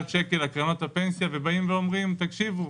שקל לקרנות הפנסיה ובאים ואומרים: תקשיבו,